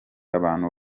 abantu